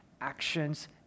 actions